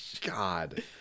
God